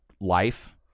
life